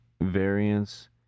variance